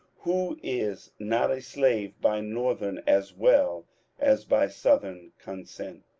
who is not a slave by northern as well as by southern con sent.